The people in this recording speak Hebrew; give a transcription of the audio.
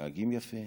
מתנהגים יפה,